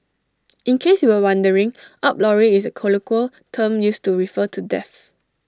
in case you were wondering up lorry is A colloquial term used to refer to death